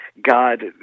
God